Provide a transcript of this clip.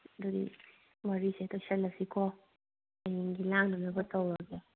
ꯑꯗꯨꯗꯤ ꯋꯥꯔꯤꯁꯤ ꯂꯣꯏꯁꯤꯜꯂꯁꯤꯀꯣ ꯍꯌꯦꯡꯒꯤ ꯂꯥꯡꯅꯅꯕ ꯇꯧꯔꯒꯦ